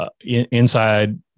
inside